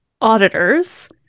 auditors